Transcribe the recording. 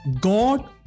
God